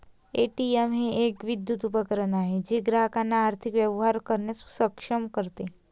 ATM हे एक विद्युत उपकरण आहे जे ग्राहकांना आर्थिक व्यवहार करण्यास सक्षम करते